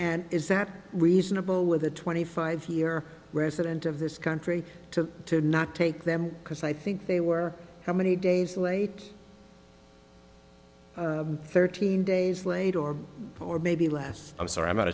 and is that reasonable with a twenty five year resident of this country to not take them because i think they were how many days late thirteen days later or maybe less i'm sorry i'm